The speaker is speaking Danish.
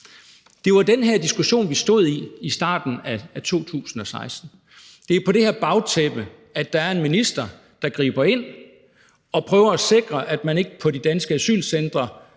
Det var den her diskussion, vi stod i i starten af 2016. Det er på det her bagtæppe, at der er en minister, der griber ind og prøver at sikre, at man ikke på de danske asylcentre